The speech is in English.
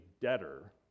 debtor